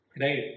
Right